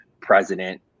president